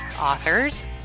authors